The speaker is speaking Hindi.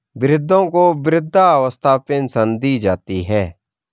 वृद्धों को वृद्धावस्था पेंशन दी जाती है